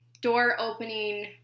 door-opening